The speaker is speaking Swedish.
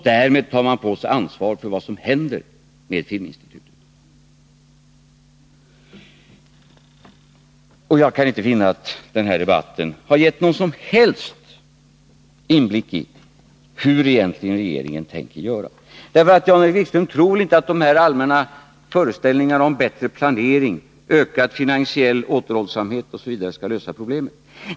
Därmed tar man på sig ansvaret för vad som händer med Filminstitutet. Jag kan inte finna att den här debatten har gett någon som helst inblick i hur regeringen egentligen tänker göra. Jan-Erik Wikström tror väl inte att de här allmänna föreställningarna om bättre planering, ökad finansiell återhållsamhet, osv., skall lösa problemen?